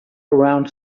around